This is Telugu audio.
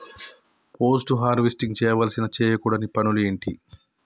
పోస్ట్ హార్వెస్టింగ్ చేయవలసిన చేయకూడని పనులు ఏంటి?